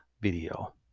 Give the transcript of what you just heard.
video